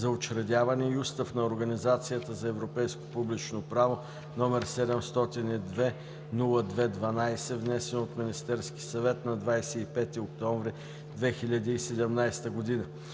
за учредяване и Устав на Организацията за европейско публично право, №702-02-12, внесен от Министерския съвет на 25 октомври 2017 г.